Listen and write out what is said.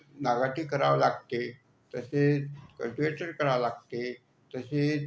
नागाटी करावं लागते तसे कल्टीवेटर करावं लागते तसेच